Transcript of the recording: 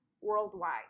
worldwide